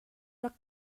rak